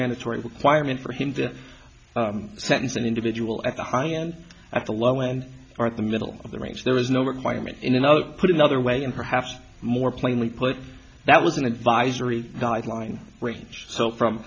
mandatory requirement for him that sentence an individual at the high end at the low end or the middle of the range there is no requirement in another put another way and perhaps more plainly put that was an advisory guideline range so from